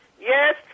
Yes